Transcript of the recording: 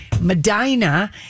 Medina